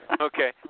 Okay